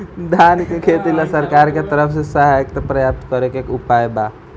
धान के खेती ला सरकार के तरफ से सहायता प्राप्त करें के का उपाय बा?